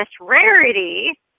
Rarity